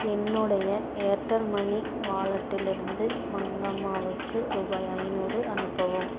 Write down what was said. என்னுடைய Airtel money வாலட்டிலிருந்து மங்கம்மாவுக்கு ரூபாய் ஐந்நூறு அனுப்பவும்